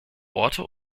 orte